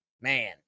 man